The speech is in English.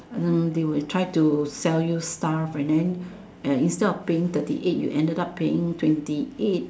and they will try to sell you stuff and then uh instead of paying thirty eight you ended up paying twenty eight